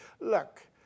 look